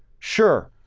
sure.